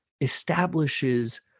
establishes